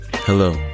Hello